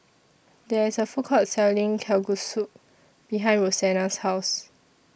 There IS A Food Court Selling Kalguksu behind Rosanna's House